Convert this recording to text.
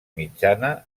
mitjana